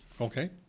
Okay